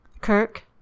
Kirk